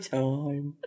time